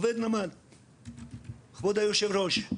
כבוד היושב-ראש,